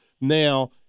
now